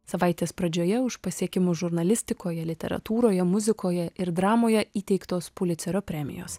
savaitės pradžioje už pasiekimus žurnalistikoje literatūroje muzikoje ir dramoje įteiktos pulicerio premijos